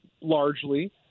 largely